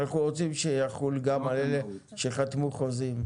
אבל אנחנו רוצים שיחול גם על אלה שחתמו חוזים.